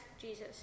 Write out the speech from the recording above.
Jesus